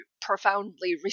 profoundly